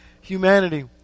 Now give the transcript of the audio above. humanity